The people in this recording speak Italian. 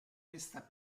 questa